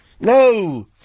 No